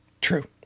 True